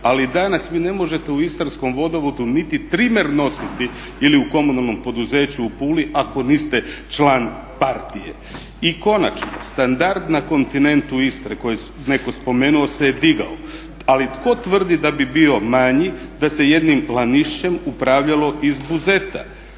Ali danas vi ne možete u istarskom Vodovodu niti trimer nositi ili u komunalnom poduzeću u Puli ako niste član partije. I konačno, standard na kontinentu Istre tko je netko spomenuo se je digao. Ali tko tvrdi da bi bio manji, da se jednim Lanišćem upravljalo iz Buzeta.